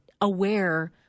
aware